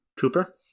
Cooper